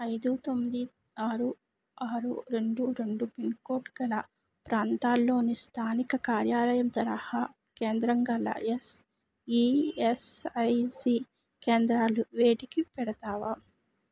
ఐదు తొమ్మిది ఆరు ఆరు రెండు రెండు పిన్కోడ్ గల ప్రాంతాల్లోని స్థానిక కార్యాలయం తరహా కేంద్రం గల ఎస్ఈఎస్ఐసి కేంద్రాలు వేటికి పెడతావా